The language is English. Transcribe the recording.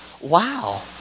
Wow